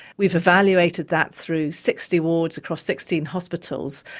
we've evaluated that through sixty wards across sixteen hospitals,